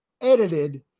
edited